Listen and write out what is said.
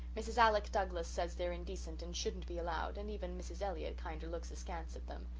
mrs. alec douglas says they're indecent and shouldn't be allowed, and even mrs. elliott kinder looks askance at them.